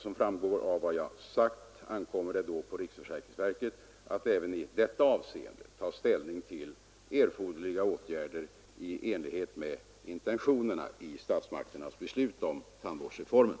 Som framgår av vad jag sagt ankommer det då på riksförsäkringsverket att även i detta avseende ta ställning till erforderliga åtgärder i enlighet med intentionerna i statsmakternas beslut om tandvårdsreformen.